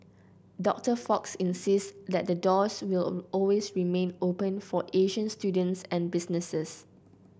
Doctor Fox insists that the doors will always remain open for Asian students and businesses